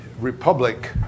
republic